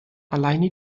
alleine